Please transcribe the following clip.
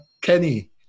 Kenny